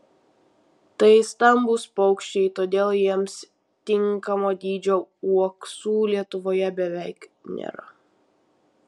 tai stambūs paukščiai todėl jiems tinkamo dydžio uoksų lietuvoje beveik nėra